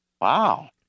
Wow